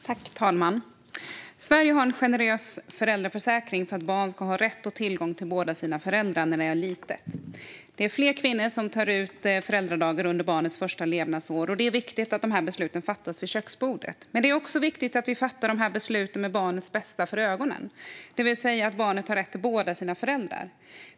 Fru talman! Sverige har en generös föräldraförsäkring för att ett barn ska ha rätt och tillgång till båda sina föräldrar när det är litet. Det är fler kvinnor som tar ut föräldradagar under barnets första levnadsår, och det är viktigt att dessa beslut fattas vid köksbordet. Men det är också viktigt att de fattas med barnets bästa för ögonen, det vill säga att barnet har rätt till båda sina föräldrar.